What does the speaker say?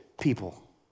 people